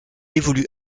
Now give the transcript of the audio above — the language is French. évolue